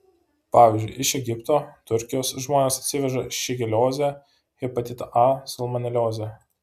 pavyzdžiui iš egipto turkijos žmonės atsiveža šigeliozę hepatitą a salmoneliozę